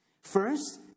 First